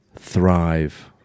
thrive